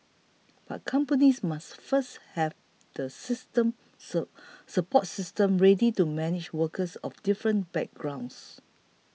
but companies must first have the system sir support systems ready to manage workers of different backgrounds